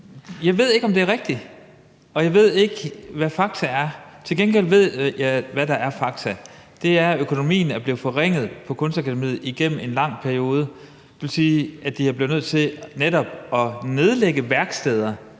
Jeg ved ikke, om det er rigtigt, og jeg ved ikke, hvad fakta er. Til gengæld ved jeg noget andet, der er fakta, nemlig at økonomien er blevet forringet på Kunstakademiet igennem en lang periode. Det vil sige, at de er blevet nødt til netop at nedlægge værksteder,